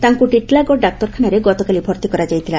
ତାଙ୍ଙ ଟିଟିଲାଗଡ଼ ଡାକ୍ତରଖାନାରେ ଗତକାଲି ଭର୍ତି କରାଯାଇଥିଲା